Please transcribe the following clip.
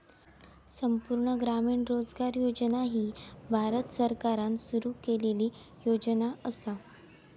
संपूर्ण ग्रामीण रोजगार योजना ही भारत सरकारान सुरू केलेली योजना असा